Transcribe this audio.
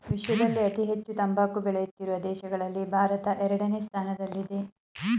ವಿಶ್ವದಲ್ಲಿ ಅತಿ ಹೆಚ್ಚು ತಂಬಾಕು ಬೆಳೆಯುತ್ತಿರುವ ದೇಶಗಳಲ್ಲಿ ಭಾರತ ಎರಡನೇ ಸ್ಥಾನದಲ್ಲಿದೆ